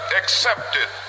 accepted